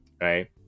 right